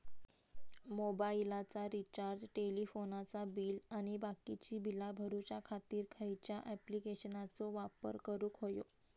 मोबाईलाचा रिचार्ज टेलिफोनाचा बिल आणि बाकीची बिला भरूच्या खातीर खयच्या ॲप्लिकेशनाचो वापर करूक होयो?